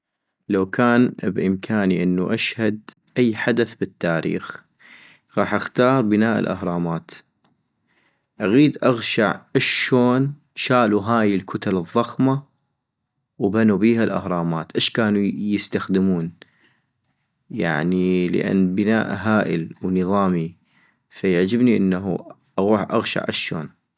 لو كان بإمكاني انو أشهد أي حدث بالتاريخ غاح اختار بناء الاهرامات - اغيد اغشع اشون شالو هاي الكتل الضخمة وبنو بيها الاهرامات ، اش كانو يستخدمون، يعني لان بناء هائل ونظامي ، فيعجبني انه اغوح اغشع اشون